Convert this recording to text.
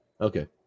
Okay